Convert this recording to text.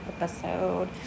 episode